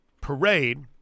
parade